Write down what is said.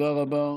תודה רבה.